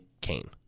Kane